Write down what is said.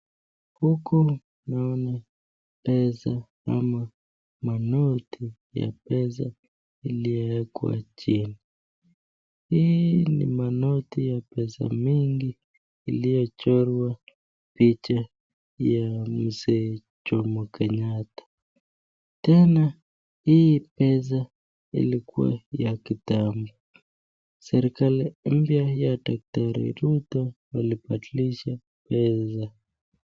Huku naona pesa ama manoti ya pesa iliwekwa jini. Hii ni manoti ya pesa mingi iliyochorwa picha ya mzee Jomo Kenyatta. Tena hii pesa ilikuwa ya kitambo. Serikali mpya ya daktari Rutto ilibadilisha pesa.